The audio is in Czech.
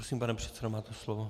Prosím, pane předsedo, máte slovo.